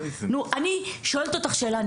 אני שואלת אותך שאלה,